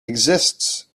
exists